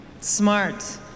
smart